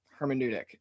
hermeneutic